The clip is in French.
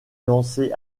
lancés